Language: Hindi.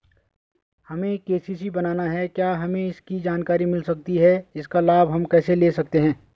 हमें के.सी.सी बनाना है क्या हमें इसकी जानकारी मिल सकती है इसका लाभ हम कैसे ले सकते हैं?